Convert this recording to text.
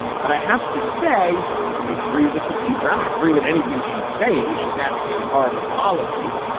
but i have to say i agree with the teacher. i don't agree with anything she's saying. she's advocating horrible policies.